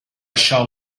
shall